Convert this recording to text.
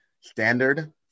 standard